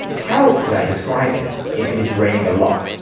how else could i describe it if it is raining a lot?